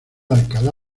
alcalá